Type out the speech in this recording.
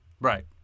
right